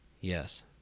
Yes